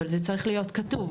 אבל זה צריך להיות כתוב.